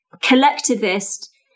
collectivist